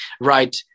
right